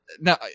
Now